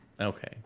Okay